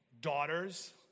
daughters